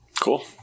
Cool